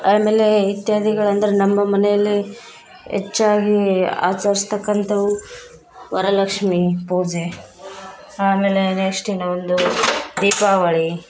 ಆಮೇಲೆ ಇತ್ಯಾದಿಗಳು ಅಂದರೆ ನಮ್ಮ ಮನೆಯಲ್ಲಿ ಹೆಚ್ಚಾಗಿ ಆಚರ್ಸ್ತಕ್ಕಂಥವು ವರಲಕ್ಷ್ಮೀ ಪೂಜೆ ಆಮೇಲೆ ನೆಕ್ಸ್ಟ್ ಇನ್ನೂ ಒಂದು ದೀಪಾವಳಿ